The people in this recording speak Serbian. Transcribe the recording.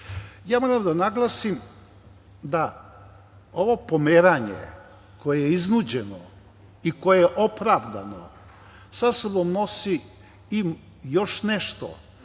7,3.Moram da naglasim da ovo pomeranje koje je iznuđeno i koje je opravdano, sa sobom nosi i još nešto,